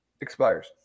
expires